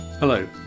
Hello